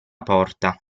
porta